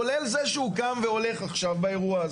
כולל זה שהוא קם והולך עכשיו באירוע,